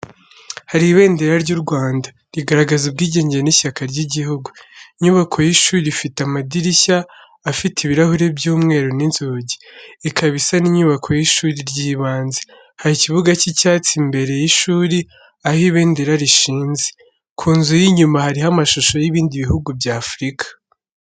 Hari ibendera ry’u Rwanda, rigaragaza ubwigenge n’ishyaka ry’igihugu. Inyubako y’ishuri ifite amadirishya afite ibirahure by'umweru n’inzugi, ikaba isa n’inyubako y’ishuri ry’ibanze. Hari ikibuga cy’icyatsi imbere y’ishuri, aho ibendera rishyinze. Ku nzu y’inyuma hariho amashusho y’ibindi bihugu by’Afurika.